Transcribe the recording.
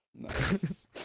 Nice